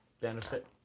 Benefit